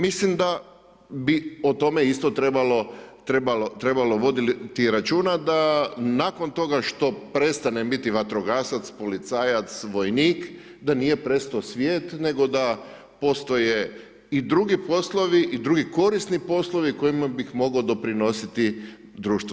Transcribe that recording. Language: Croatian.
Mislim da bi o tome isto trebalo voditi računa da nakon toga što prestane biti vatrogasac, policajac, vojnik da nije prestao svijet, nego da postoje i drugi poslovi i drugi korisni poslovi kojima bih mogao doprinositi društvu.